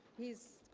he's